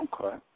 okay